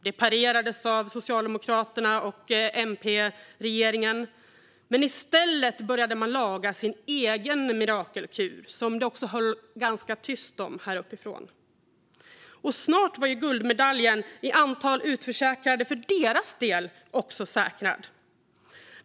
Detta parerades av S och MP-regeringen, men i stället började regeringen laga sin egen mirakelkur, som det hölls ganska tyst om här uppifrån. Snart var guldmedaljen när det gäller antalet utförsäkrade säkrad för deras del.